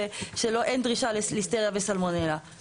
שאין דרישה לליסטריה וסלמונלה.